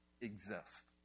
exist